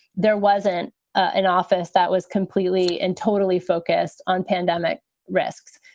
there wasn't an office that was completely and totally focused on pandemic risks.